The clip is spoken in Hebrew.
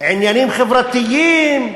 עניינים חברתיים,